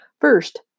First